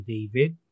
David